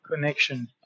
connection